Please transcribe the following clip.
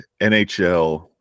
NHL